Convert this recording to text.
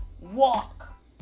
walk